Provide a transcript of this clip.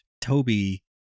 toby